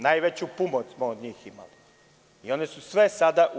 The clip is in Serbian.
Najveću pomoć smo od njih imali i one su sve sada u EU.